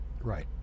Right